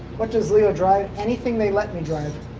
what does leo drive? anything they let me drive.